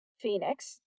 Phoenix